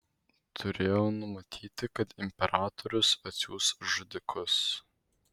turėjau numatyti kad imperatorius atsiųs žudikus